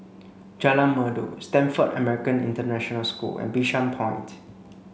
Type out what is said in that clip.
Jalan Merdu Stamford American International School and Bishan Point